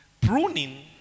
Pruning